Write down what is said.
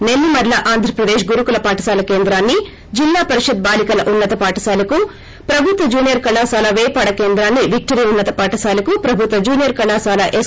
నెల్లిమర్ల ఆంధ్రప్రదేశ్ గురుకుల పాఠశాల కేంద్రాన్ని జిల్లా పరిషత్ బాలికల ఉన్నత పాఠశాలకు ప్రభుత్వ జూనియర్ కళాశాల పేపాడ కేంద్రాన్ని విక్లరీ ఉన్నత పాఠశాలకు ప్రభుత్వ జూనియర్ కళాశాల ఎస్